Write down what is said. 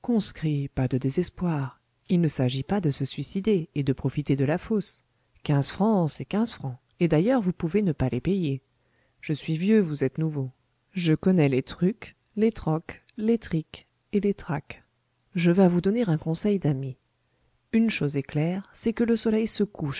pas de désespoir il ne s'agit pas de se suicider et de profiter de la fosse quinze francs c'est quinze francs et d'ailleurs vous pouvez ne pas les payer je suis vieux vous êtes nouveau je connais les trucs les trocs les trics et les tracs je vas vous donner un conseil d'ami une chose est claire c'est que le soleil se couche